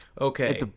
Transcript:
okay